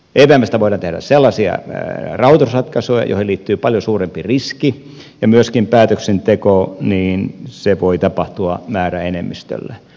evmstä voidaan tehdä sellaisia rahoitusratkaisuja joihin liittyy paljon suurempi riski ja myöskin päätöksenteko voi tapahtua määräenemmistöllä